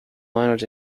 miners